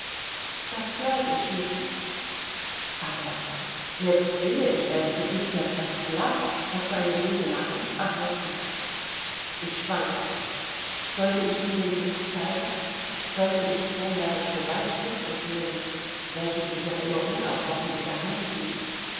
das glaube ich nicht aber jetzt sehe ich erst du bist ja ganz blaß hast du eine böse nachricht erhalten ich schwankte sollte ich ihm den brief zeigen sollte ich vorher das beweisstück besehen welches ich noch immer unerbrochen in der hand hielt